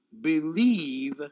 Believe